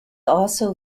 also